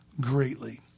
greatly